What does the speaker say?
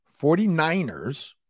49ers